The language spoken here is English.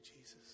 Jesus